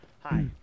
Hi